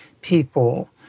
people